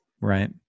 Right